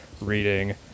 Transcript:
reading